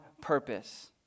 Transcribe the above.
purpose